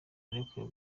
arekuwe